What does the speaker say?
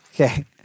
Okay